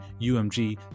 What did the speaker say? UMG